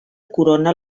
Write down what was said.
corona